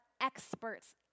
experts